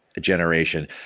Generation